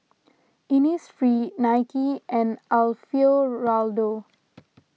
Innisfree Nike and Alfio Raldo